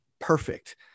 perfect